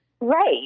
Right